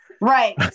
Right